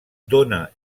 dóna